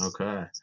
Okay